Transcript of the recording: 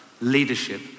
leadership